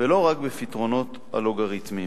ולא רק בפתרונות אלגוריתמיים.